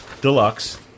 Deluxe